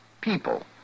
people